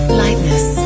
lightness